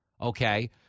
okay